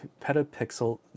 Petapixel